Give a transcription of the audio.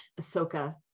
Ahsoka